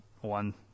one